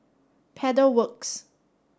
Pedal Works